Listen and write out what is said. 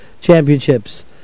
championships